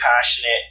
passionate